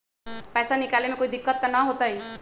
पैसा निकाले में कोई दिक्कत त न होतई?